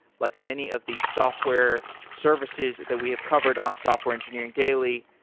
like many of the software services that we have covered on software engineering daily,